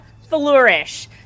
flourish